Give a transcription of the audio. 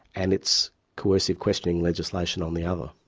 and its coercive questioning legislation on the other.